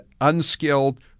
unskilled